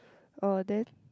oh then